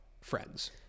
friends